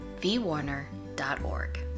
vwarner.org